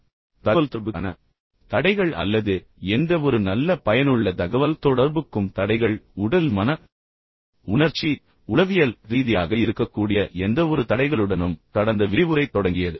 முந்தைய சொற்பொழிவு தகவல்தொடர்புக்கான தடைகள் நீங்கள் புரிந்து கொண்ட தடைகள் அல்லது எந்தவொரு நல்ல பயனுள்ள தகவல்தொடர்புக்கும் தடைகள் உடல் மன உணர்ச்சி உளவியல் ரீதியாக இருக்கக்கூடிய எந்தவொரு தடைகளுடனும் தொடங்கியது